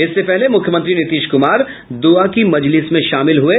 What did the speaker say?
इससे पहले मुख्यमंत्री नीतीश कुमार दुआ की मजलिस में शामिल हुये